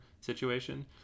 situation